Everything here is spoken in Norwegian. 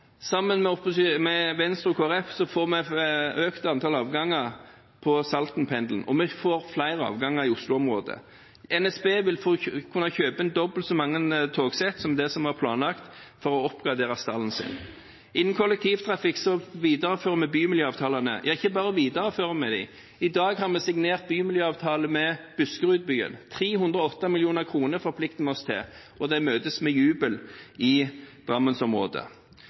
Venstre og Kristelig Folkeparti får vi økt antall avganger på Saltenpendelen, og vi får flere avganger i Oslo-området. NSB vil kunne kjøpe inn dobbelt så mange togsett som det som var planlagt, for å oppgradere stallen sin. Innen kollektivtrafikk viderefører vi bymiljøavtalene. Ikke bare viderefører vi dem, i dag har vi signert bymiljøavtale med Buskerudbyen. 308 mill. kr forplikter vi oss til, og det møtes med jubel i